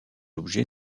objet